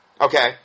okay